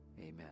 amen